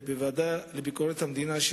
בוועדה לביקורת המדינה,